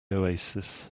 oasis